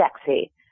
sexy